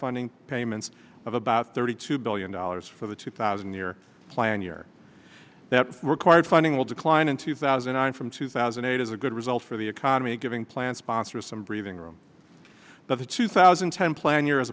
funding payments of about thirty two billion dollars for the two thousand year plan year that required funding will decline in two thousand and nine from two thousand and eight as a good result for the economy giving plan sponsors some breathing room that the two thousand and ten plan year